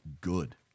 good